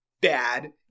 bad